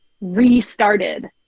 restarted